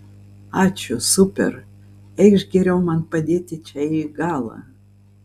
ačiū super eikš geriau man padėti čia į galą